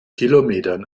kilometern